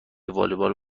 والیبال